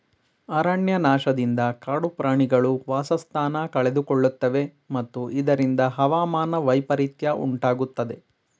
ಅರಣ್ಯನಾಶದಿಂದ ಕಾಡು ಪ್ರಾಣಿಗಳು ವಾಸಸ್ಥಾನ ಕಳೆದುಕೊಳ್ಳುತ್ತವೆ ಮತ್ತು ಇದರಿಂದ ಹವಾಮಾನ ವೈಪರಿತ್ಯ ಉಂಟಾಗುತ್ತದೆ